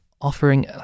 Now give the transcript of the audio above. offering